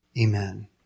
Amen